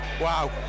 wow